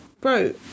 Bro